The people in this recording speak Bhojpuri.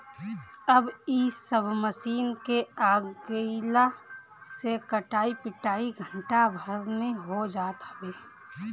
अब इ सब मशीन के आगइला से कटाई पिटाई घंटा भर में हो जात हवे